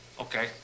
Okay